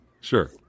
Sure